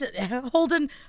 Holden